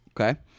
Okay